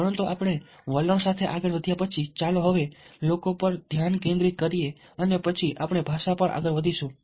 પરંતુ આપણે વલણ સાથે આગળ વધ્યા પછી ચાલો હવે લોકો પર ધ્યાન કેન્દ્રિત કરીએ અને પછી આપણે ભાષા પર આગળ વધીશું